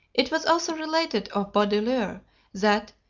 it was also related of baudelaire that,